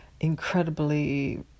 incredibly